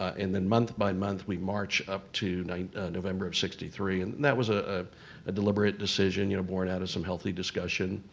and then month by we march up to november of sixty three. and that was a ah deliberate decision, you know born out of some healthy discussion.